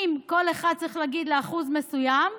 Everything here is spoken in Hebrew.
אם כל אחד צריך להגיע לאחוז מסוים,